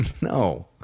no